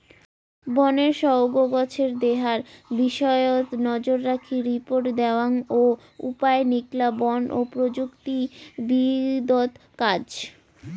বনের সউগ্ গছের দেহার বিষয়ত নজররাখি রিপোর্ট দ্যাওয়াং ও উপায় নিকলা বন প্রযুক্তিবিদত কাজ